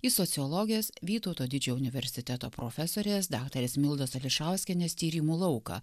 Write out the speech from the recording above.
į sociologės vytauto didžiojo universiteto profesorės daktarės mildos ališauskienės tyrimų lauką